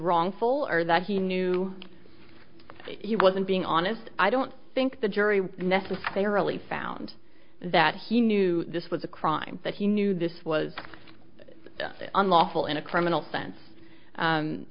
wrong full or that he knew he wasn't being honest i don't think the jury necessarily found that he knew this was a crime that he knew this was unlawful in a criminal sense